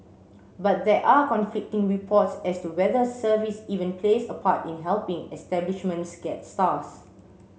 but there are conflicting reports as to whether service even plays a part in helping establishments get stars